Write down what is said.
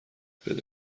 پیدا